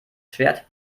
schwert